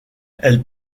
elle